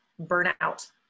burnout